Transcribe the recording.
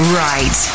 right